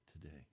today